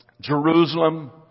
Jerusalem